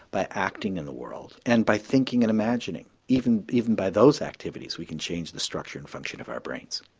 by acting in the world and by thinking and imagining. even even by those activities we can change the structure and function of our brains.